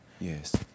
Yes